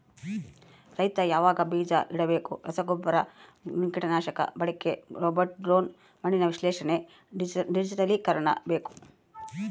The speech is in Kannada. ರೈತ ಯಾವಾಗ ಬೀಜ ಇಡಬೇಕು ರಸಗುಬ್ಬರ ಕೀಟನಾಶಕ ಬಳಕೆ ರೋಬೋಟ್ ಡ್ರೋನ್ ಮಣ್ಣಿನ ವಿಶ್ಲೇಷಣೆ ಡಿಜಿಟಲೀಕರಣ ಬೇಕು